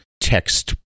text